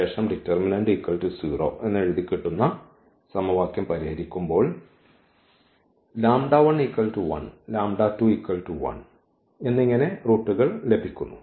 ശേഷം ഡിറ്റർമിനന്റ് 0 എഴുതികിട്ടുന്ന സമവാക്യം പരിഹരിക്കുമ്പോൾ എന്നിങ്ങനെ റൂട്ടുകൾ ലഭിക്കുന്നു